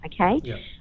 okay